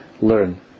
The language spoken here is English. learn